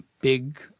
big